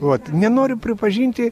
vat nenori pripažinti